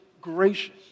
gracious